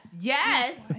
yes